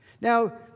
Now